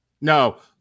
No